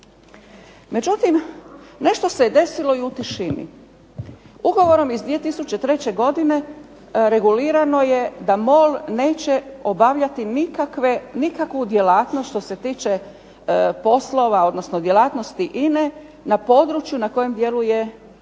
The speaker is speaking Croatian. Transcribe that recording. Međutim nešto se je desilo i u tišini. Ugovorom iz 2003. godine regulirano je da MOL neće obavljati nikakvu djelatnost što se tiče djelatnosti INA-e na području na kojem poslu je INA.